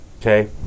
Okay